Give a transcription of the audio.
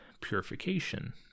purification